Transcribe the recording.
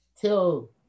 Till